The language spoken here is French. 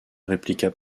répliqua